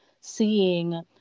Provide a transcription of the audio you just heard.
seeing